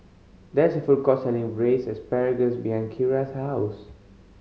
there is a food court selling Braised Asparagus behind Keira's house